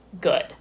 good